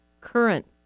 current